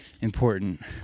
important